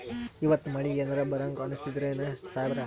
ಇವತ್ತ ಮಳಿ ಎನರೆ ಬರಹಂಗ ಅನಿಸ್ತದೆನ್ರಿ ಸಾಹೇಬರ?